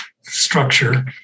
structure